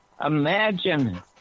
Imagine